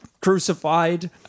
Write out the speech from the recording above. crucified